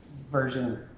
version